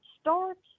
Start